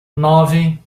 nove